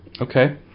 Okay